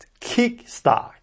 kickstart